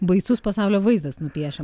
baisus pasaulio vaizdas nupiešia